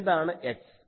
എന്താണ് X